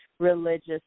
religious